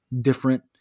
different